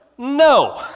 No